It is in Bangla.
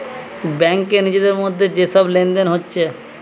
ব্যাংকে নিজেদের মধ্যে যে সব লেনদেন হচ্ছে